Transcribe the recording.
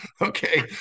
Okay